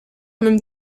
même